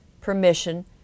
permission